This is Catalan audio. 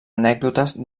anècdotes